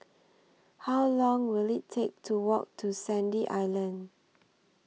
How Long Will IT Take to Walk to Sandy Island